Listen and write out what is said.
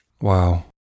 Wow